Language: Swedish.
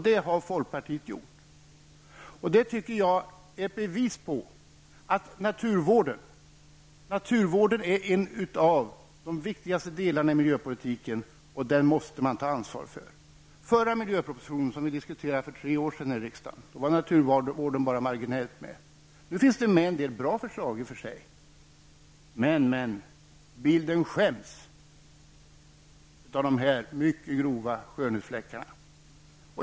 Det har folkpartiet gjort i sitt förslag. Naturvården är en av de viktigaste delarna i miljöpolitiken, och den måste man ta ansvar för. I den förra miljöpropositionen som vi diskuterade här i riksdagen för 3 år sedan var naturvården bara med marginellt. Nu finns det med en del i och för sig bra förslag. Men bilden skäms av dessa mycket stora skönhetsfläckar.